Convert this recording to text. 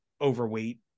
overweight